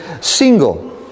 single